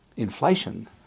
inflation